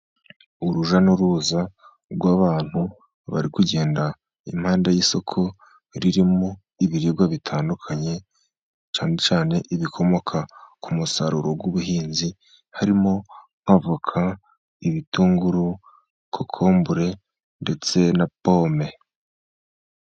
Urujya n'uruza rw'abantu, bari kugenda impande y'isoko ririmo ibiribwa bitandukanye, cyane cyane ibikomoka ku musaruro w'ubuhinzi harimo avoka, ibitunguru, kokombure ndetse na pome.